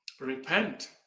Repent